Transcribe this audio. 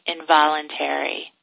involuntary